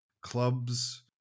clubs